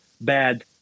bad